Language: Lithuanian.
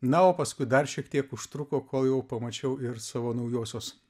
na o paskui dar šiek tiek užtruko kol jau pamačiau ir savo naujosios